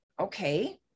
Okay